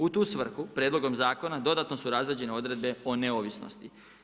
U tu svrhu prijedlogom zakona dodatno su razrađene odredbe o neovisnosti.